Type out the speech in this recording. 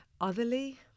otherly